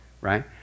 right